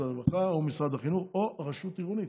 הרווחה או משרד החינוך או רשות עירונית.